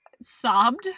sobbed